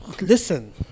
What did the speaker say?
listen